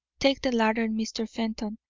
take the lantern, mr. fenton,